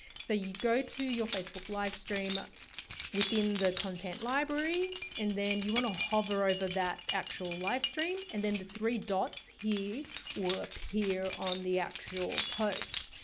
so you go to your facebook live stream ah within the content library and then you want to hover over that actual live stream. and then the three dots here will appear on the actual post.